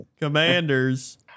Commanders